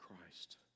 Christ